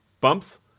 bumps